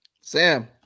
sam